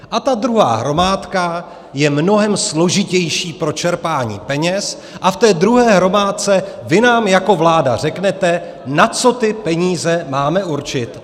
A ta druhá hromádka je mnohem složitější pro čerpání peněz a v té druhé hromádce vy nám jako vláda řeknete, na co ty peníze máme určit.